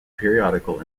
periodical